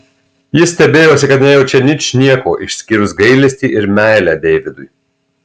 jis stebėjosi kad nejaučia ničnieko išskyrus gailestį ir meilę deividui